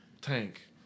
tank